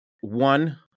one